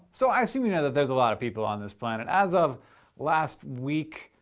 so i assume you know that there's a lot of people on this planet. as of last week,